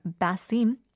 Basim